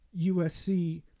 USC